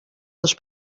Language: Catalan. les